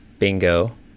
Bingo